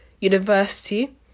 University